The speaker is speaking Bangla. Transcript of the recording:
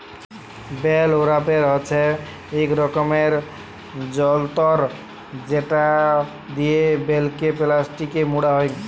বেল ওরাপের হছে ইক রকমের যল্তর যেট লিয়ে বেলকে পেলাস্টিকে মুড়া হ্যয়